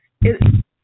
It-